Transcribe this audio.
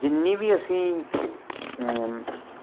ਜਿੰਨੀ ਵੀ ਅਸੀਂ